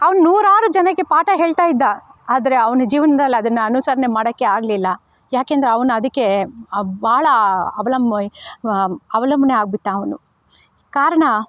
ಅವ್ನು ನೂರಾರು ಜನಕ್ಕೆ ಪಾಠ ಹೇಳ್ತಾಯಿದ್ದ ಆದರೆ ಅವನ ಜೀವನದಲ್ಲಿ ಅದನ್ನು ಅನುಸರಣೆ ಮಾಡೋಕೆ ಆಗಲಿಲ್ಲ ಯಾಕೆಂದರೆ ಅವನು ಅದಕ್ಕೆ ಭಾಳ ಅವಲಂಬ ಅವಲಂಬನೆ ಆಗಿಬಿಟ್ಟ ಅವನು ಕಾರಣ